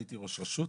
הייתי ראש רשות